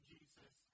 Jesus